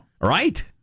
Right